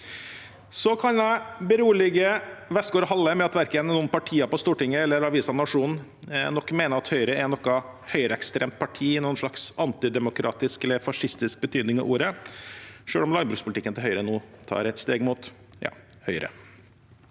Jeg kan også berolige Westgaard-Halle med at verken noen partier på Stortinget eller avisen Nationen mener at Høyre er et høyreekstremt parti i noen slags antidemokratisk eller fascistisk betydning av ordet, selv om landbrukspolitikken til Høyre nå tar et steg mot høyre,